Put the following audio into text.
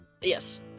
yes